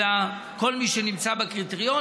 אלא כל מי שנמצא בקריטריון,